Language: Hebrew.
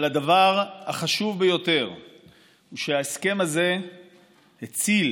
אבל הדבר החשוב ביותר שההסכם הזה הציל,